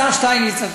השר שטייניץ,